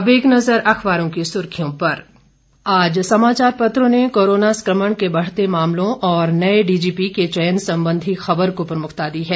अब एक नज़र अखबारों की सुर्खियों पर आज समाचार पत्रों ने कोरोना संकमण के बढ़ते मामलों और नए डीजीपी के चयन संबंधी खबर को प्रमुखता दी है